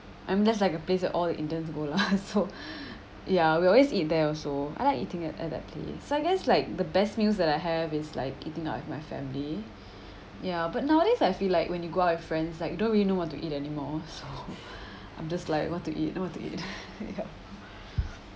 um that's like a place that all the indians go lah so ya we always eat there also I like eating at at that place so I guess like the best meals that I have is like eating out with my family ya but nowadays I feel like when you go out with friends like you don't really know what to eat anymore so I'm just like what to eat what to eat ya